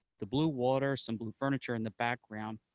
the blue water, some blue furniture in the background,